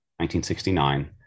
1969